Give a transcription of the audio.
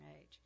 age